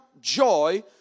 joy